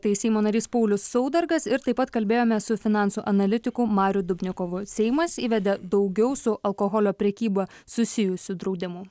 tai seimo narys paulius saudargas ir taip pat kalbėjomės su finansų analitiku mariu dubnikovu seimas įvedė daugiau su alkoholio prekyba susijusių draudimų